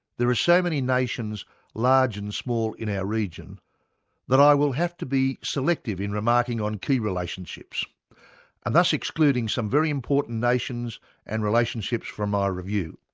there are so many nations large and small in our region that i will have to be selective in remarking on key relationships and thus excluding some very important nations and relationships from my review.